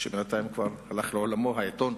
שבינתיים כבר הלך לעולמו, העיתון,